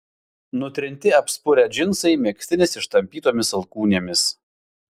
nutrinti apspurę džinsai megztinis ištampytomis alkūnėmis